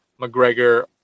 McGregor